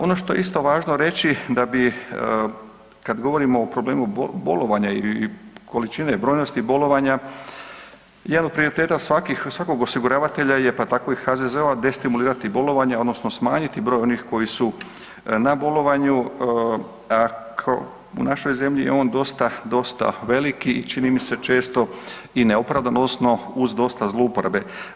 Ono što je isto važno reći da bi kad govorimo o problemu bolovanja ili količine brojnosti bolovanja jedan od prioriteta svakih, svakog osiguravatelja je pa tako HZZO-a destimulirati bolovanja odnosno smanjiti broj onih koji su na bolovanju, a u našoj zemlji je on dosta, dosta velik i čini mi se često i neopravdan odnosno uz dosta zlouporabe.